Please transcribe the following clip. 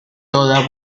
toda